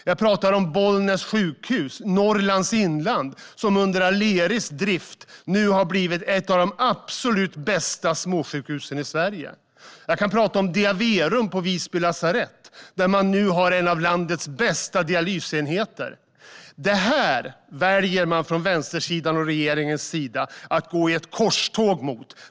Jag talar om Bollnäs sjukhus i Norrlands inland, som under Aleris drift har blivit ett av de absolut bästa småsjukhusen i Sverige. Jag talar om Diaverum på Visby lasarett, där man nu har en av landets bästa dialysenheter. Det här väljer man från vänstersidan och regeringens sida att gå i korståg mot.